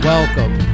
Welcome